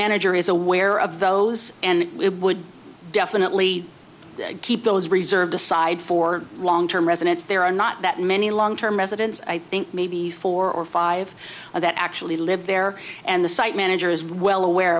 manager is aware of those and it would definitely keep those reserve decide for long term residents there are not that many long term residents i think maybe four or five that actually live there and the site manager is well aware